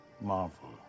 Marvel